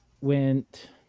went